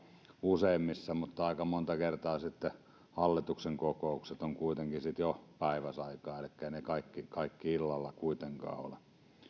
useammissa mutta aika monta kertaa hallituksen kokoukset ovat kuitenkin sitten jo päiväsaikaan elikkä eivät ne kaikki illalla kuitenkaan